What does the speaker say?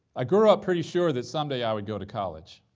i grew up pretty sure that someday i would go to college,